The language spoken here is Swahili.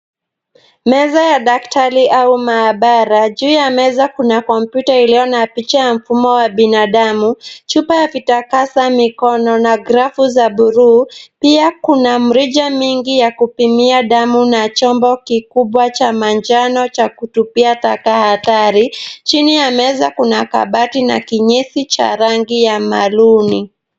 Meza ya daktari au maabara. Juu ya meza kuna kompyuta iliyo na picha ya mfumo wa binadamu, chupa ya kutakasa mikono na grafu za bluu. Pia kuna mirija mingi ya kupimia damu na chombo kikubwa cha manjano cha kutupia taka hatari. Chini ya meza kuna kabati na kinyesi cha rangi ya maruni.